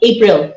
April